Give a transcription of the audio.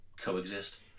coexist